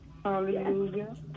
Hallelujah